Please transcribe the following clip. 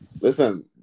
Listen